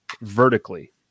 vertically